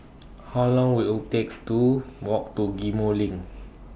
How Long Will IT takes to Walk to Ghim Moh LINK